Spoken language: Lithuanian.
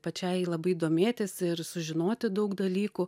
pačiai labai domėtis ir sužinoti daug dalykų